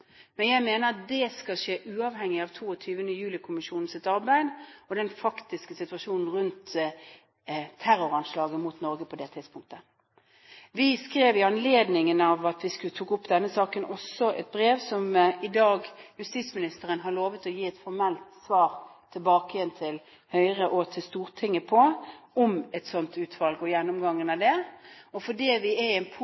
Men jeg mener det skal skje uavhengig av 22. juli-kommisjonens arbeid og den faktiske situasjonen rundt terroranslaget mot Norge på det tidspunktet. Vi skrev i anledning av at vi tok opp denne saken også et brev som justisministeren i dag har lovet å gi et formelt svar på tilbake til Høyre og til Stortinget, om et sånt utvalg og gjennomgangen av det, og fordi vi er i en